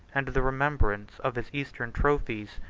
and the remembrance of his eastern trophies,